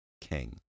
king